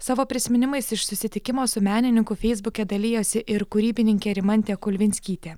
savo prisiminimais iš susitikimo su menininku feisbuke dalijosi ir kūrybininkė rimantė kulvinskytė